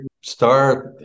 start